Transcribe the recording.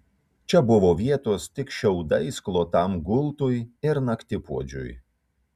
čia buvo vietos tik šiaudais klotam gultui ir naktipuodžiui